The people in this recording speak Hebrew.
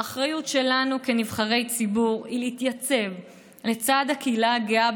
האחריות שלנו כנבחרי ציבור היא להתייצב לצד הקהילה הגאה,